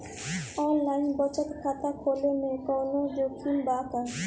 Online बचत खाता खोले में कवनो जोखिम बा का?